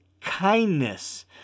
kindness